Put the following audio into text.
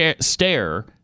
stare